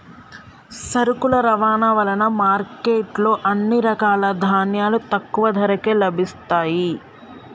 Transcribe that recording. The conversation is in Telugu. సరుకుల రవాణా వలన మార్కెట్ లో అన్ని రకాల ధాన్యాలు తక్కువ ధరకే లభిస్తయ్యి